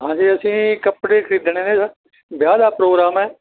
ਹਾਂਜੀ ਅਸੀਂ ਕੱਪੜੇ ਖਰੀਦਣੇ ਨੇ ਸਰ ਵਿਆਹ ਦਾ ਪ੍ਰੋਗਰਾਮ ਹੈ